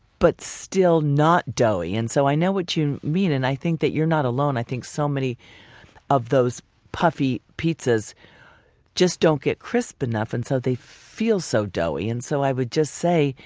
but still not doughy and so i know what you mean, and i think that you're not alone. i think so many of those puffy pizzas just don't get crisp enough and so they feel so doughy and so i would just say,